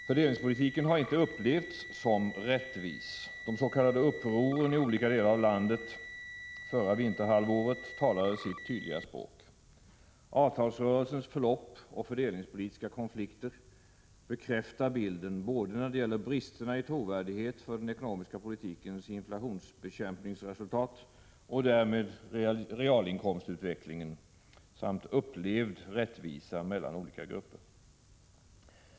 Fördelningspolitiken har inte upplevts som rättvis. De s.k. upproren i olika delar av landet under det senaste vinterhalvåret talade sitt tydliga språk. Avtalsrörelsens förlopp och fördelningspolitiska konflikter bekräftar bilden både när det gäller bristerna i trovärdighet för den ekonomiska politikens resultat avseende inflationsbekämpningen och därmed realinkomstutvecklingen och när det gäller upplevd rättvisa mellan olika grupper.